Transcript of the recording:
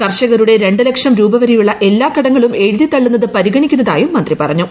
കർഷകരുടെ രണ്ട് ലക്ഷം രൂപവരെയുള്ള എല്ലാ കടങ്ങളും എഴുതിത്തള്ളുന്നത് പരിഗണിക്കുന്നതായും മന്ത്രി പറഞ്ഞു